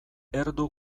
erdu